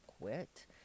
quit